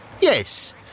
Yes